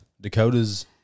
Dakotas